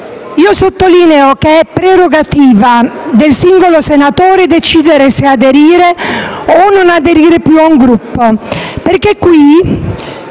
1.7 sottolineo che è prerogativa del singolo senatore decidere se aderire o non aderire più a un Gruppo,